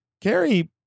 carrie